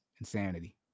Insanity